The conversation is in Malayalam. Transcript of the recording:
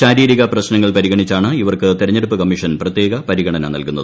ശാരീരിക പ്രശ്നങ്ങൾ പരിഗണിച്ചാണ് ഇവർക്ക് തിരഞ്ഞെടുപ്പ് കമ്മീഷൻ പ്രത്യേക പരിഗണന നൽകുന്നത്